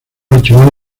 archivado